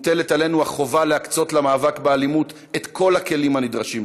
מוטלת עלינו החובה להקצות למאבק באלימות את כל הכלים הנדרשים,